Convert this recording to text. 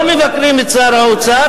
לא מבקרים את שר האוצר,